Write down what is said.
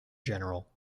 general